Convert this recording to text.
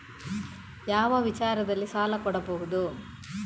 ಯಾವ ವಿಚಾರದಲ್ಲಿ ಸಾಲ ಕೊಡಬಹುದು?